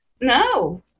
No